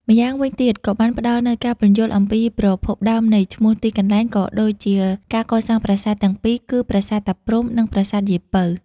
ម្យ៉ាងវិញទៀត ក៏បានផ្តល់នូវការពន្យល់អំពីប្រភពដើមនៃឈ្មោះទីកន្លែង ក៏ដូចជាការកសាងប្រាសាទទាំងពីរ គឺប្រាសាទតាព្រហ្ម និងប្រាសាទយាយពៅ។